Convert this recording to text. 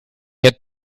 had